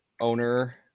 owner